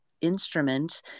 instrument